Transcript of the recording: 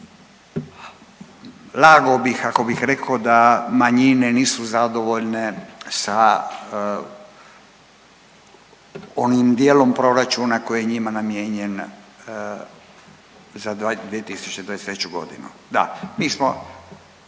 lagao bih ako bih rekao da manjine nisu zadovoljne sa onim dijelom proračuna koji je njima namijenjen za 2023. godinu. Da, mi smo